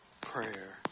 prayer